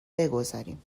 بگذاریم